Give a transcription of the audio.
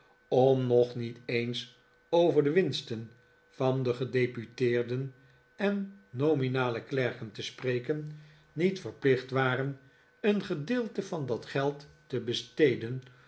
om nog niet eens over de winsten van de gedeputeerden en nominale klerken te spreken niet verplicht waren een gedeelte van dat geld te besteden